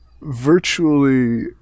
virtually